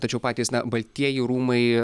tačiau patys baltieji rūmai